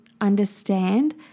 understand